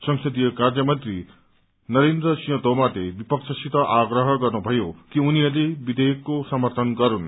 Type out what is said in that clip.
संसदीय कार्य मन्त्री नरेन्द्र रिंह तोमरले विपक्षसित आप्रह गर्नुभयो कि उनीहरूले विषेयकको समर्थन गरून्